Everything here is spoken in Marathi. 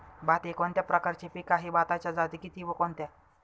भात हे कोणत्या प्रकारचे पीक आहे? भाताच्या जाती किती व कोणत्या?